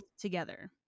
together